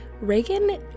Reagan